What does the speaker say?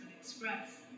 Express